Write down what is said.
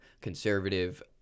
conservative